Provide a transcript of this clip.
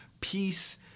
peace